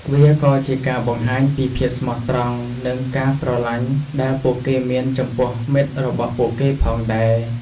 វាក៏ជាការបង្ហាញពីភាពស្មោះត្រង់និងការស្រលាញ់ដែលពួកគេមានចំពោះមិត្តរបស់ពួកគេផងដែរ។